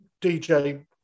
DJ